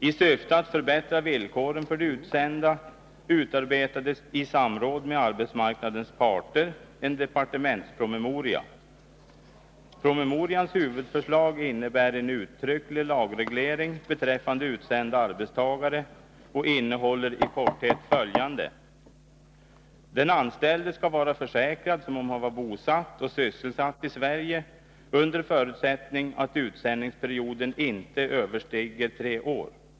I syfte att förbättra villkoren för de utsända utarbetades, i samråd med arbetsmarknadens parter, en departementspromemoria. Promemorians huvudförslag innebär en uttrycklig lagreglering beträffande utsända arbetstagare och innehåller i korthet följande. Den anställde skall vara försäkrad som om han var bosatt i och sysselsatt i Sverige, under förutsättning att utsändningsperioden inte överstiger tre år.